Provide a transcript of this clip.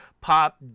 pop